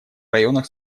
районах